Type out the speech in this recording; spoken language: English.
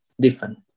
different